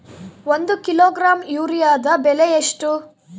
ಒಂದು ಕಿಲೋಗ್ರಾಂ ಯೂರಿಯಾದ ಬೆಲೆ ಎಷ್ಟು?